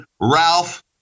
Ralph